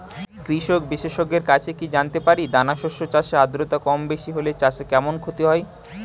কৃষক বিশেষজ্ঞের কাছে কি জানতে পারি দানা শস্য চাষে আদ্রতা কমবেশি হলে চাষে কেমন ক্ষতি হয়?